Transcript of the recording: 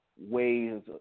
Ways